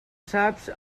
saps